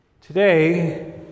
Today